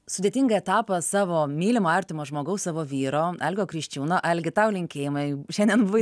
sudėtingą etapą savo mylimo artimo žmogaus savo vyro algio kriščiūno algi tau linkėjimai šiandien buvai